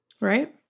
Right